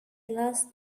last